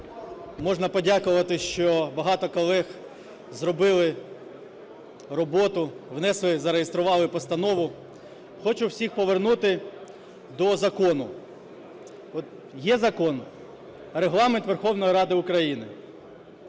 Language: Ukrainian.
Можна подякувати, що багато колег зробили роботу, внесли, зареєстрували постанову. Хочу всіх повернути до закону. Є Закон "Про Регламент Верховної Ради України".